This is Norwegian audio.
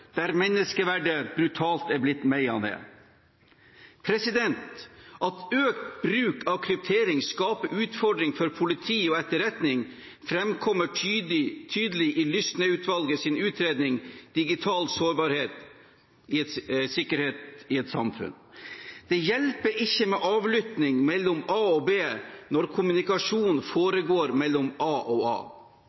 der menneskeverdet brutalt er blitt meid ned. At økt bruk av kryptering skaper utfordringer for politi og etterretning, framkommer tydelig i Lysneutvalgets utredning, Digital sårbarhet – sikkert samfunn. Det hjelper ikke med avlytting mellom a og b når kommunikasjonen foregår mellom a og a.